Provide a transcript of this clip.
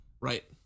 Right